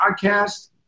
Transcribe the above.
Podcast